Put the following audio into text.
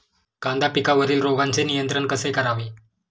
कांदा पिकावरील रोगांचे नियंत्रण कसे करावे?